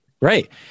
Right